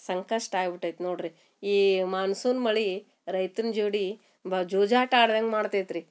ಸಂಕಷ್ಟ ಆಗ್ಬಿಟೈತಿ ನೋಡ್ರಿ ಈ ಮಾನ್ಸೂನ್ ಮಳೆ ರೈತುನ್ ಜೋಡಿ ಬಾ ಜೂಜಾಟ ಆಡ್ದಂಗ ಮಾಡ್ತೈತ್ರಿ